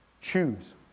Choose